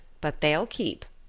but they'll keep.